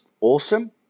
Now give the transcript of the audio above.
awesome